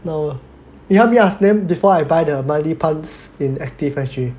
no you help me ask then before I buy the monthly pass in active S_G